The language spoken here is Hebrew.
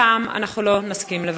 הפעם אנחנו לא נסכים לוותר.